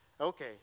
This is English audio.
okay